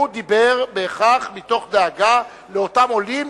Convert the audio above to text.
הוא דיבר בהכרח מתוך דאגה לאותם עולים,